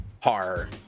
horror